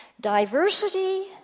Diversity